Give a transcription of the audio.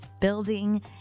building